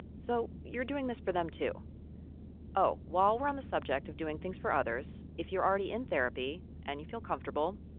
so you're doing this for them, too oh, while we're on the subject of doing things for others, if you're already in therapy and you feel comfortable,